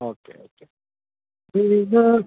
okay okay പിന്നെ